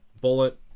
Bullet